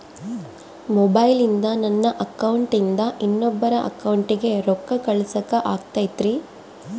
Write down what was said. ಮೊಬೈಲಿಂದ ನನ್ನ ಅಕೌಂಟಿಂದ ಇನ್ನೊಬ್ಬರ ಅಕೌಂಟಿಗೆ ರೊಕ್ಕ ಕಳಸಾಕ ಆಗ್ತೈತ್ರಿ?